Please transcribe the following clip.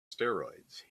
steroids